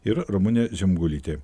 ir ramunė žemgulytė